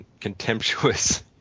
contemptuous